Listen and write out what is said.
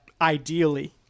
Ideally